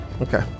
Okay